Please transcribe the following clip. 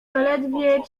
zaledwie